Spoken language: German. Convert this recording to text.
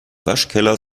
waschkeller